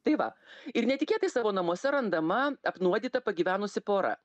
tai va ir netikėtai savo namuose randama apnuodyta pagyvenusi pora